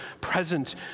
present